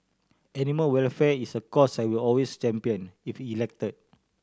animal welfare is a cause I will always champion if elected